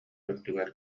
үрдүгэр